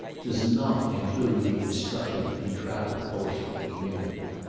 does not include the instructed and travelled portion of the community.